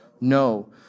No